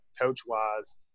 coach-wise